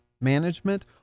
management